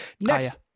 Next